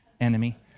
enemy